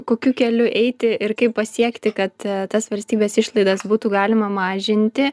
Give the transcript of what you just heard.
kokiu keliu eiti ir kaip pasiekti kad tas valstybės išlaidas būtų galima mažinti